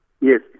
Yes